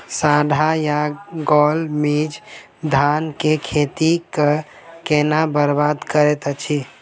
साढ़ा या गौल मीज धान केँ खेती कऽ केना बरबाद करैत अछि?